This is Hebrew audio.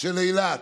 של אילת,